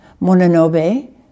Mononobe